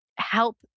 help